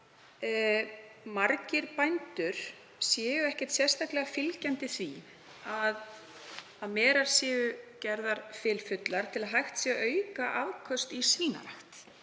margir bændur séu ekkert sérstaklega fylgjandi því að merar séu gerðar fylfullar í þeim tilgangi að hægt sé að auka afköst í svínarækt.